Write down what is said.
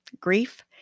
grief